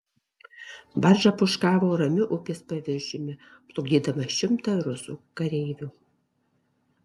barža pūškavo ramiu upės paviršiumi plukdydama šimtą rusų kareivių